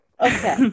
Okay